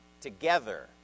together